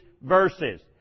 verses